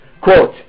quote